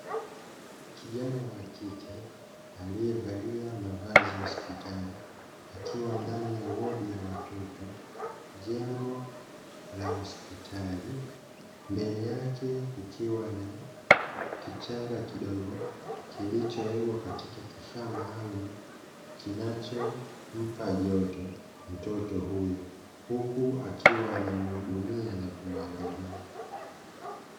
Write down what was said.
Kijana wa kike aliyevalia mavazi ya hospitali, akiwa ndani ya wodi ya watoto, jengo la hospitali. Mbele yake kukiwa na kichanga kidogo, kilichobebwa katika kifaa maalumu kinachompa joto mtoto huyo, huku akiwa anamhudumia na kumuangalia.